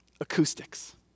Acoustics